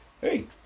Hey